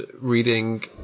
reading